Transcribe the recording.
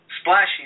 splashing